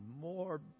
more